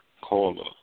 Caller